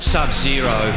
Sub-zero